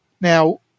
Now